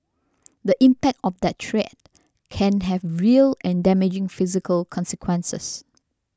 the impact of that threat can have real and damaging physical consequences